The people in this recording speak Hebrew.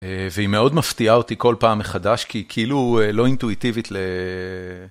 והיא מאוד מפתיעה אותי כל פעם מחדש, כי היא כאילו לא אינטואיטיבית ל...